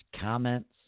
comments